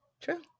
True